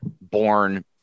born –